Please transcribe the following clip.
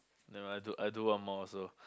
never mind I do I do one more also